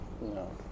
No